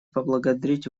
поблагодарить